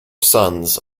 sons